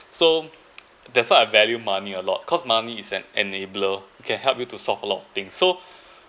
so that's why I value money a lot because money is an enabler can help you to solve a lot of thing so